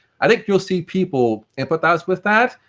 i think you will see people empathise with that,